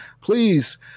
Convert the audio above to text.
Please